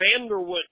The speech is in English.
Vanderwood